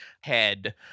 head